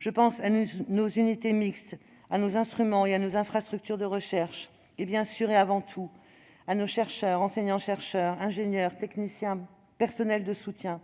Je pense à nos UMR, les unités mixtes de recherche, à nos instruments et à nos infrastructures de recherche, et, bien sûr et avant tout, à nos chercheurs, nos enseignants-chercheurs, nos ingénieurs, nos techniciens, nos personnels de soutien,